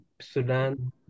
Sudan